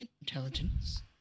intelligence